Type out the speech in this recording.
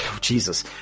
Jesus